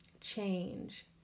change